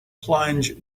plunge